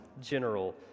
general